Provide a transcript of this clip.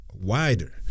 wider